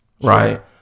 right